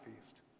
feast